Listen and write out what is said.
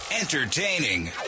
Entertaining